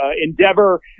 Endeavor